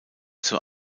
zur